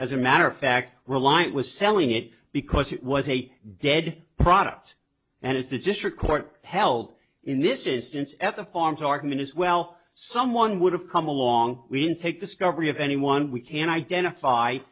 as a matter of fact reliant was selling it because it was a dead product and as the district court held in this instance at the farm's argument is well someone would have come along we can take discovery of anyone we can identify